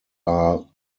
are